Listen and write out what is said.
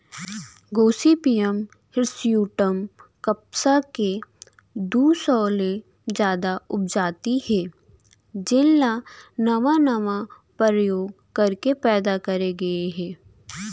Gossypium hirsutum कपसा के दू सौ ले जादा उपजाति हे जेन ल नावा नावा परयोग करके पैदा करे गए हे